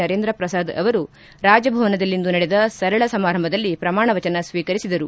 ನರೇಂದ್ರ ಪ್ರಸಾದ್ ಅವರು ರಾಜಭವನದಲ್ಲಿಂದು ನಡೆದ ಸರಳ ಸಮಾರಂಭದಲ್ಲಿ ಪ್ರಮಾಣ ವಚನ ಸ್ವೀಕರಿಸಿದರು